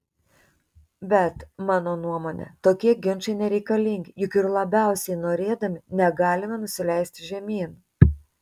bet mano nuomone tokie ginčai nereikalingi juk ir labiausiai norėdami negalime nusileisti žemyn